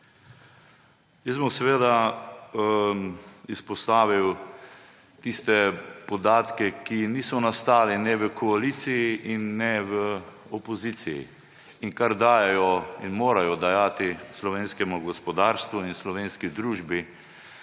Jaz bom seveda izpostavil tiste podatke, ki niso nastali ne v koaliciji in ne v opoziciji in kar dajejo in morajo dajati slovenskemu gospodarstvu in slovenski družbi